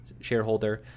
shareholder